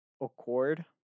Accord